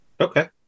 Okay